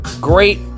great